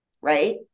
right